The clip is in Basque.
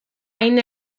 hain